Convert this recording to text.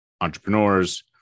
entrepreneurs